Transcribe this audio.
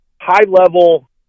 high-level